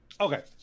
Okay